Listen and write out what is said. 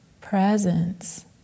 presence